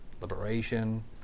liberation